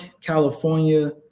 California